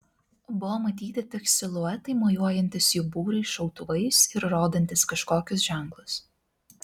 buvo matyti tik siluetai mojuojantys jų būriui šautuvais ir rodantys kažkokius ženklus